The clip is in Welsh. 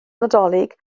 nadolig